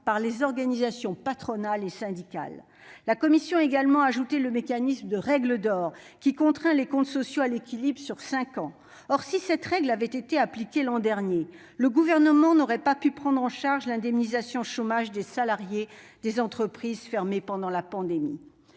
par les organisations patronales et syndicales. La commission a également instauré une règle d'or, qui contraint les comptes sociaux à l'équilibre sur cinq ans. Or si cette règle avait été appliquée l'an dernier, le Gouvernement n'aurait pas pu prendre en charge l'indemnisation chômage des salariés des entreprises fermées pendant la pandémie.